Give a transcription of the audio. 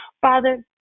Father